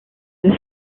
deux